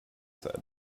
said